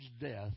death